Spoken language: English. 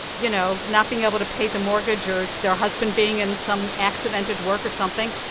you know, not being able to pay the mortgage or their husband being in some accident at work or something.